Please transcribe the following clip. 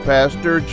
Pastor